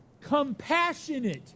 compassionate